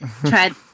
tried